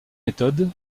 méthode